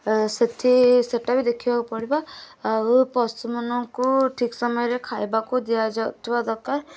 ଏ ସେଇଠି ସେଇଟା ବି ଦେଖିବାକୁ ପଡ଼ିବ ଆଉ ପଶୁ ମାନଙ୍କୁ ଠିକ୍ ସମୟରେ ଖାଇବାକୁ ଦିଆ ଯାଉଥିବା ଦରକାର